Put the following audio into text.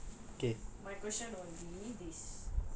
set okay my question next question I ask